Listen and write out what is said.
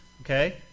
okay